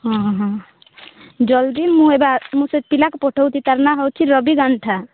ହଁ ହଁ ହଁ ଜଲ୍ଦି ମୁଁ ଏବେ ମୁଁ ସେ ପିଲାକୁ ପଠାଉଛି ତାର ନାଁ ହେଉଛି ରବି ଗାଣ୍ଠା